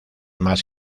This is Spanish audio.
más